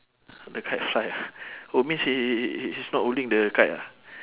the kite fly ah oh means he he he he's not holding the kite ah